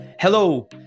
Hello